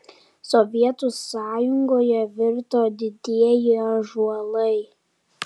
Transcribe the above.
sovietų sąjungoje virto didieji ąžuolai